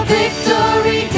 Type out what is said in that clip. victory